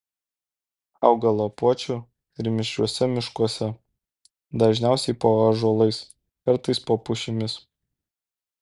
auga lapuočių ir mišriuose miškuose dažniausiai po ąžuolais kartais po pušimis